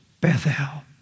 Bethel